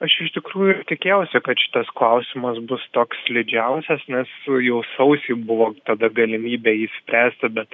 aš iš tikrųjų ir tikėjausi kad šitas klausimas bus toks slidžiausias nes jau sausį buvo tada galimybė jį spręsti bet